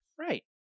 Right